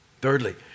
Thirdly